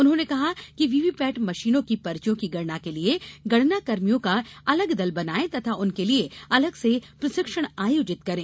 उन्होंने कहा कि व्हीव्हीपेट मशीनों की पर्चियों की गणना के लिए गणना कर्मियों का अलग दल बनायें तथा उनके लिये अलग से प्रशिक्षण आयोजित करें